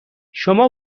شما